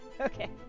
Okay